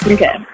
Okay